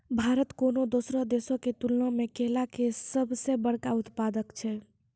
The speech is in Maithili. भारत कोनो दोसरो देशो के तुलना मे केला के सभ से बड़का उत्पादक छै